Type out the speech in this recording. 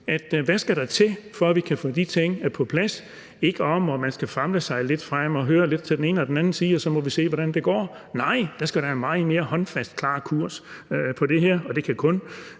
der skal til, for at vi kan få de ting på plads. Det skal ikke være sådan, at man skal famle sig lidt frem og høre lidt til den ene og den anden side, og at så må vi se, hvordan det går. Nej, der skal være en meget mere håndfast og klar kurs på det her, og det kan bare